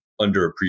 underappreciated